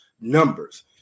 numbers